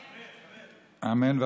אמן.